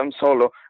solo